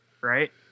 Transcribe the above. Right